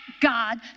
God